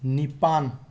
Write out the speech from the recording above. ꯅꯤꯄꯥꯟ